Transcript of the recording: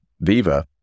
Viva